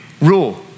Rule